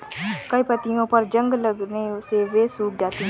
कई पत्तियों पर जंग लगने से वे सूख जाती हैं